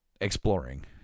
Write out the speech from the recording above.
exploring